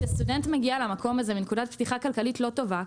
כשסטודנט מגיע למקום הזה מנקודת פתיחה כלכלית לא טובה,